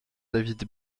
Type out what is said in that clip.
david